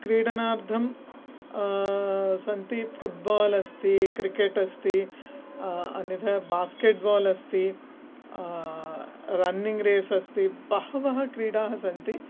क्रीडनार्थं सन्ति फ़्रुट्बाल् अस्ति क्रिकेट् अस्ति अन्यदा बास्केट् बाल् अस्ति रन्निङ्ग् रेस् अस्ति बह्व्यः क्रीडाः सन्ति